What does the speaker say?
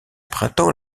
printemps